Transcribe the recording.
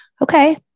Okay